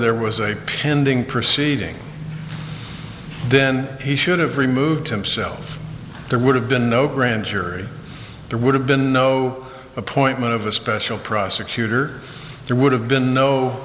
there was a pending proceeding then he should have removed himself there would have been no grand jury there would have been no appointment of a special prosecutor there would have been no